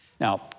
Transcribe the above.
Now